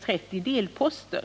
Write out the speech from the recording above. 30 delposter.